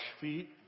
feet